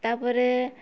ତାପରେ